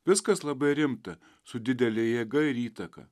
viskas labai rimta su didele jėga ir įtaka